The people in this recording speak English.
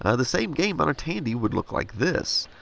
ah the same game on a tandy would look like this.